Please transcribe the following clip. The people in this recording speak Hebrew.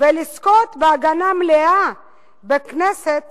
ולזכות בהגנה מלאה בכנסת